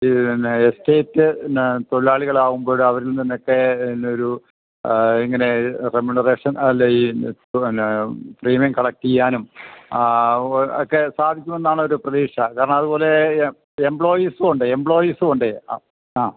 പിന്നെ എസ്റ്റേറ്റ് എന്നാ തൊഴിലാളികൾ ആകുമ്പോൾ അവരിൽ നിന്നൊക്കെ നിന്നൊരു ഇങ്ങനെ റെമൂനറേഷൻ അല്ല ഈ പിന്നെ പ്രീമിയം കളക്ടീയ്യാനും ഒക്കെ സാധിക്കുമെന്നാണ് ഒരു പ്രതീക്ഷ കാരണം അതുപോലെ എംപ്ലോയീസൂണ്ട് എംപ്ലോയീസൂണ്ടെ അ ആ